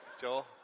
Joel